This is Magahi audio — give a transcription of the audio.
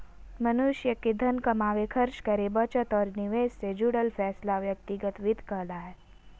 मनुष्य के धन कमावे, खर्च करे, बचत और निवेश से जुड़ल फैसला व्यक्तिगत वित्त कहला हय